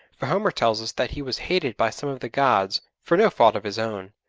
for homer tells us that he was hated by some of the gods for no fault of his own,